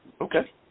Okay